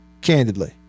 candidly